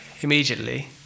Immediately